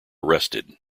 arrested